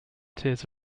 tears